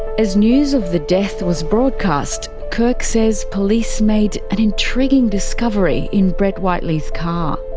as news of the death was broadcast. kirk says police made an intriguing discovery in brett whiteley's car.